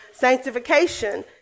sanctification